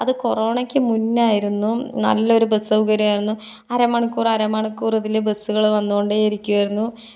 അത് കൊറോണക്ക് മുൻപായിരുന്നു നല്ലൊരു ബസ്സ് സൗകര്യമായിരുന്നു അര മണിക്കൂറ് അര മണിക്കൂറ് ഇതില് ബസ്സുകള് വന്നുകൊണ്ടേ ഇരിക്കുവായിരുന്നു